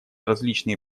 различные